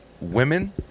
women